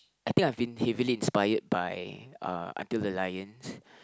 I think I've been heavily inspired by uh Until the Lions